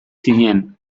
zinen